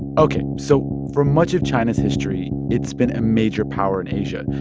ok. so for much of china's history, it's been a major power in asia.